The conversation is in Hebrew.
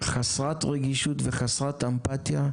חסרת רגישות וחסרת אמפתיה,